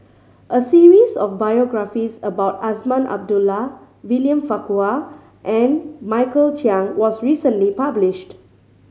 a series of biographies about Azman Abdullah William Farquhar and Michael Chiang was recently published